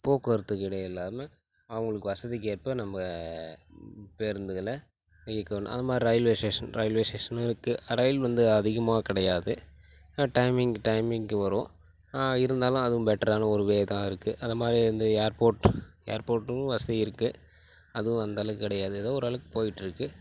போக்குவரத்துக்கு இடையில்லாமல் அவங்களுக்கு வசதிக்கேற்ப நம்ம பேருந்துகளை இயக்கணும் அதுமாதிரி ரயில்வே ஸ்டேஷன் ரயில்வே ஸ்டேஷனும் இருக்கு ரயில் வந்து அதிகமாக கிடையாது டைமிங் டைமிங்க்கு வரும் இருந்தாலும் அதுவும் பெட்டரான ஒரு வே தான் இருக்கு அந்த மாரி வந்து ஏர்போர்ட்டு ஏர்போர்ட்டும் வசதி இருக்கு அதுவும் அந்த அளவுக்கு கிடையாது ஏதோ ஒரு அளவுக்கு போய்ட்டுருக்கு